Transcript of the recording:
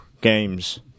games